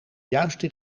juiste